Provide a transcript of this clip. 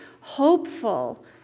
hopeful